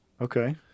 Okay